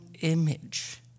image